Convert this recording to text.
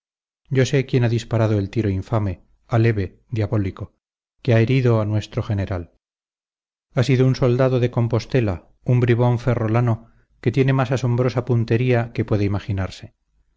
yo sé quién ha disparado el tiro infame aleve diabólico que ha herido a nuestro general ha sido un soldado de compostela un bribón ferrolano que tiene la más asombrosa puntería que puede imaginarse